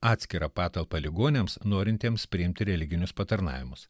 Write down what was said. atskirą patalpą ligoniams norintiems priimti religinius patarnavimus